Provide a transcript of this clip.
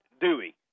Dewey